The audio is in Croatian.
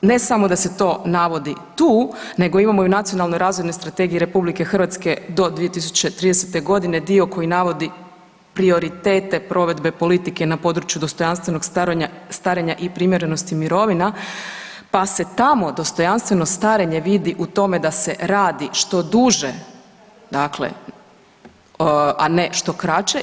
Ne samo da se to navodi tu, nego imamo i u Nacionalnoj razvojnoj strategiji RH do 2030. godine dio koji navodi prioritete provedbe politike na području dostojanstvenog starenja i primjernosti mirovina, pa se tamo dostojanstveno starenje vidi u tome da se radi što duže, dakle a ne što kraće.